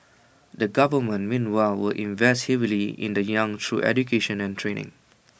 the government meanwhile will invest heavily in the young through education and training